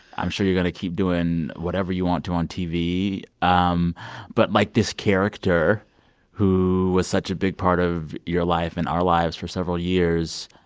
i'm sure you're going to keep doing whatever you want to on tv. um but, like, this character who was such a big part of your life and our lives for several years